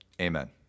Amen